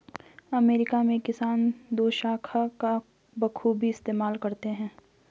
America में किसान दोशाखा का बखूबी इस्तेमाल करते हैं